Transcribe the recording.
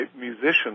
musicians